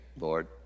Lord